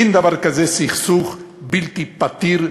אין דבר כזה סכסוך בלתי פתיר,